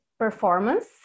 Performance